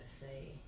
say